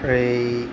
এই